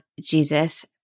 Jesus